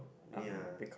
ya